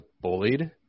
bullied